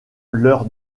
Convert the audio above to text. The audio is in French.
leur